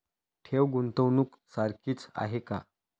ठेव, गुंतवणूक सारखीच आहे का?